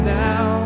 now